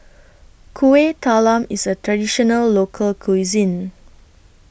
Kuih Talam IS A Traditional Local Cuisine